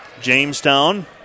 Jamestown